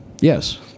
Yes